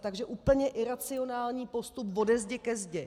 Takže úplně iracionální postup ode zdi ke zdi.